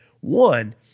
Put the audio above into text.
One